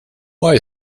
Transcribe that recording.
why